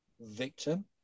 Victim